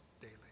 daily